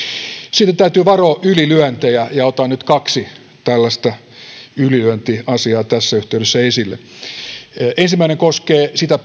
sitten täytyy varoa ylilyöntejä ja otan nyt kaksi tällaista ylilyöntiasiaa tässä yhteydessä esille ensimmäinen koskee sitä